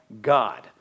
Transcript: god